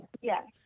Yes